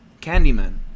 Candyman